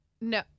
No